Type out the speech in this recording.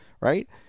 right